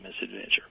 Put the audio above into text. misadventure